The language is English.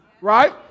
right